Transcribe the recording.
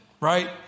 right